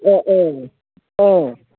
ओं अ